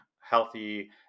healthy